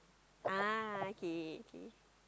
ah okay okay